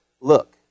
look